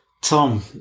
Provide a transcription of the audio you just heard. Tom